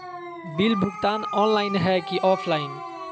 Bill भुगतान online है की ऑफलाइन?